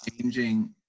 changing